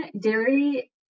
dairy